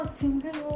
single